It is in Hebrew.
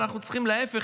אנחנו צריכים להפך,